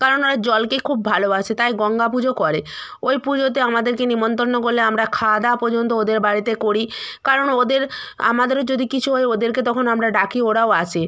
কারণ ওরা জলকে খুব ভালোবাসে তাই গঙ্গা পুজো করে ওই পুজোতে আমাদেরকে নিমতন্ন করলে আমরা খাওয়া দাওয়া পর্যন্ত ওদের বাড়িতে করি কারণ ওদের আমাদেরও যদি কিন্তু হয় ওদেরকে তখন আমরা ডাকি ওরাও আসে